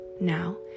Now